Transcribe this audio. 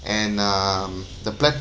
and um the platform